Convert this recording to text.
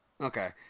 Okay